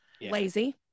Lazy